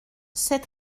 c’est